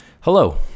hello